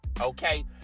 okay